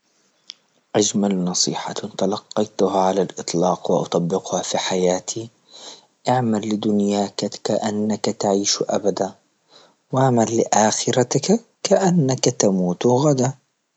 أجمل نصيحة تلقيتها على الاطلاق واطبقها في حياتي، أعمل لدنياك كأنك تعيش أبدا، وعمل لأخرتك كأنك تموت غدا.